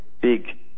big